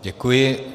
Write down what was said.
Děkuji.